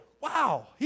Wow